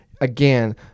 again